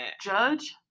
judge